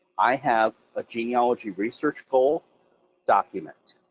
i have a genealogy research goal document,